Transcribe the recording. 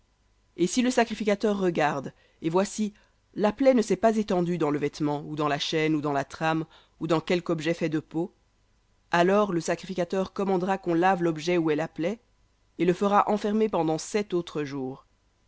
et si le sacrificateur regarde et voici la plaie ne s'est pas étendue dans le vêtement ou dans la chaîne ou dans la trame ou dans quelque objet de peau alors le sacrificateur commandera qu'on lave l'objet où est la plaie et le fera enfermer pendant sept autres jours